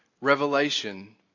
revelation